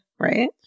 right